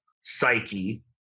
psyche